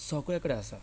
सगळे कडेन आसा